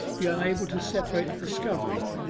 be unable to separate the discovery,